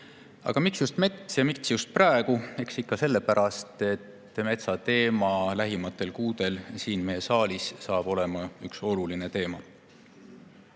Aga miks just mets ja miks just praegu? Eks ikka sellepärast, et metsateema saab lähimatel kuudel siin meie saalis olema üks oluline teema.